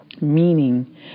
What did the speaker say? Meaning